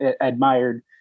admired